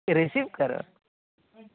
receive ᱚᱠᱟᱨᱮ